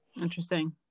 Interesting